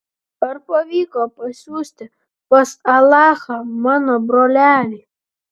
ar pavyko pasiųsti pas alachą mano brolelį